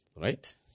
Right